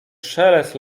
szelest